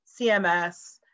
CMS